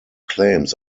claims